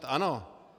Ano.